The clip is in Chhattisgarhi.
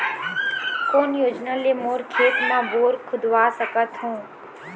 कोन योजना ले मोर खेत मा बोर खुदवा सकथों?